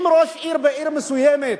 אם ראש עיר בעיר מסוימת